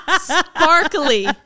Sparkly